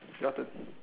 your turn